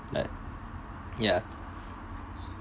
like ya